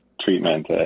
treatment